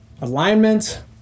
alignment